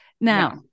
Now